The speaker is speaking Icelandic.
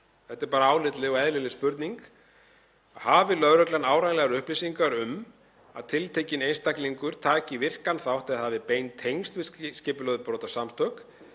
Þetta er bara eðlileg spurning. Hafi lögreglan áreiðanlegar upplýsingar um að tiltekinn einstaklingur taki virkan þátt eða hafi bein tengsl við skipulögð brotasamtök